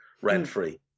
rent-free